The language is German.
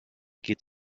geht